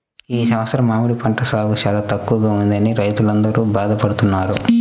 ఈ సంవత్సరం మామిడి పంట సాగు చాలా తక్కువగా ఉన్నదని రైతులందరూ బాధ పడుతున్నారు